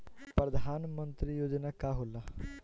परधान मंतरी योजना का होला?